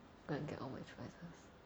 going to get all my choices